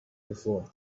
before